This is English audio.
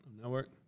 network